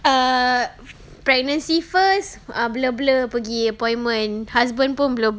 err pregnancy first err blur blur pergi appointment husband pun blur blur